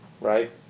right